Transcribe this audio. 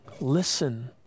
listen